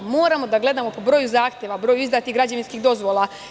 Moramo da gledamo po broju zahteva, broju izdatih građevinskih dozvola.